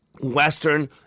Western